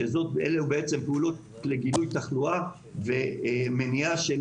שאלו פעולות לגילוי תחלואה ומניעה של